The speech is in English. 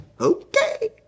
Okay